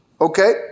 Okay